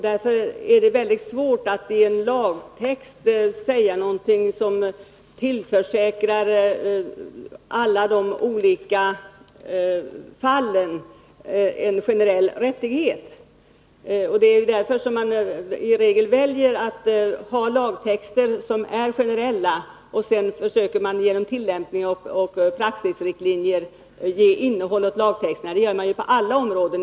Därför är det mycket svårt att i en lagtext säga någonting som tillförsäkrar människorna i alla de olika fallen en viss rättighet. Det är också därför som man i regel väljer att ha lagtexter som är generella. Sedan får man genom riktlinjer för tillämpning och praxis ge innehåll åt lagtexterna. Så gör man ju med lagar på alla områden.